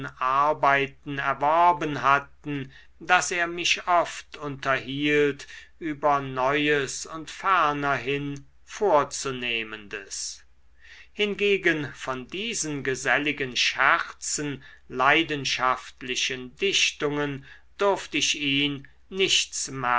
arbeiten erworben hatten daß er mich oft unterhielt über neues und fernerhin vorzunehmendes hingegen von diesen geselligen scherzen leidenschaftlichen dichtungen durft ich ihn nichts